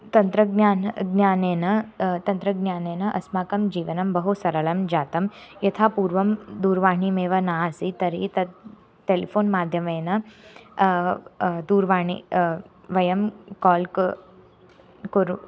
तन्त्रज्ञानं ज्ञानेन तन्त्रज्ञानेन अस्माकं जीवनं बहु सरळं जातं यथा पूर्वं दुर्वाणीमेव नासीत् तर्हि तत् टेलिफ़ोन् माध्यमेन दूरवाणीं वयं काल् क कुर्मः